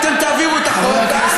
תעבירו את החוק,